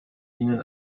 ihnen